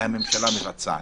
והממשלה מבצעת.